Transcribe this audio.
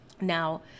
Now